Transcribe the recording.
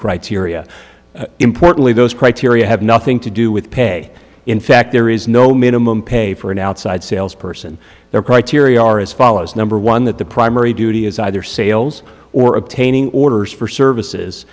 criteria importantly those criteria have nothing to do with pay in fact there is no minimum pay for an outside sales person their criteria are as follows number one that the primary duty is either sales or obtaining orders for services